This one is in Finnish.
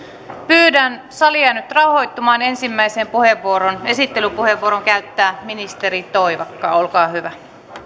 pyydän salia nyt rauhoittumaan ensimmäiseen puheenvuoroon esittelypuheenvuoron käyttää ministeri toivakka olkaa hyvä